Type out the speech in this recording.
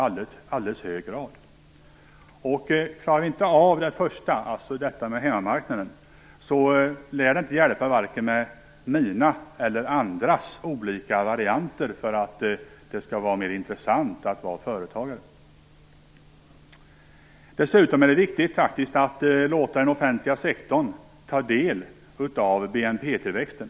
Klarar vi inte av att öka efterfrågan på hemmamarknad, lär det inte hjälpa med vare sig mina eller andras olika varianter för att göra det mer intressant att vara företagare. Dessutom är det viktigt att låta den offentliga sektorn ta del av BNP-tillväxten.